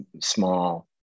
small